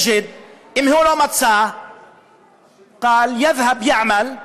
אם הוא לא מצא (אומר בערבית ומתרגם:)